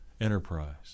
enterprise